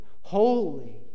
holy